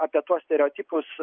apie tuos stereotipus